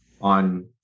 on